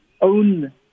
own